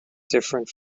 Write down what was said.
different